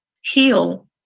Heal